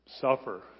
Suffer